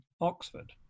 oxford